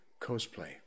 cosplay